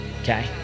okay